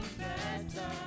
better